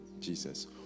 Jesus